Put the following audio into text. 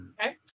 Okay